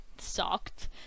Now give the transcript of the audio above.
sucked